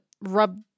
rub